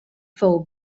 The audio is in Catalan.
fou